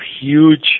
huge